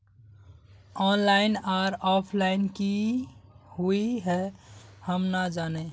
Online आर offline की हुई है हम ना जाने?